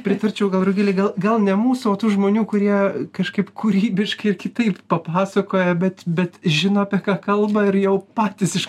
pritarčiau gal rugilei gal gal ne mūsų o tų žmonių kurie kažkaip kūrybiškai ir kitaip papasakoja bet bet žino apie ką kalba ir jau patys iš